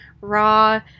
raw